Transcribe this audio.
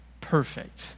Perfect